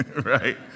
right